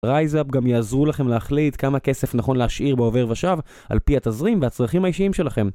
רייז-אפ גם יעזרו לכם להחליט כמה כסף נכון להשאיר בעובר ושווא על פי התזרים והצרכים האישיים שלכם